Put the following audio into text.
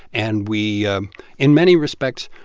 and we in many respects,